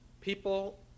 People